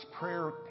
prayer